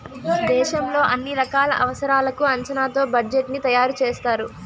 దేశంలో అన్ని రకాల అవసరాలకు అంచనాతో బడ్జెట్ ని తయారు చేస్తారు